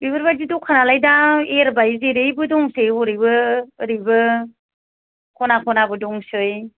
बेफोरबायदि दखानालाय दा एरबाय जेरैबो दंसै हरैबो औरैबो ख'ना ख'नाबो दंसै